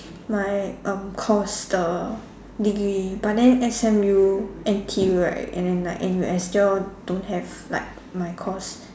my um course the degree but then S_M_U N_T_U right and then like N_U_S they all don't have like my course